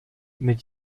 mit